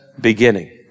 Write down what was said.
beginning